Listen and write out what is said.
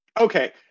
Okay